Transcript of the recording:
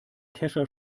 kescher